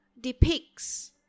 depicts